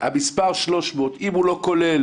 המספר 300, אם הוא לא כולל